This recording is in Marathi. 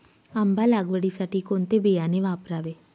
आंबा लागवडीसाठी कोणते बियाणे वापरावे?